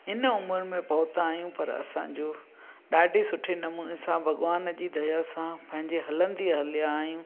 हिन उमिरि में पोहता आहियूं पर असांजो ॾाढी सुठे नमूने सां भगवान जी दया सां पंहिंजे हलंदी हलया आहियूं